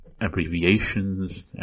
abbreviations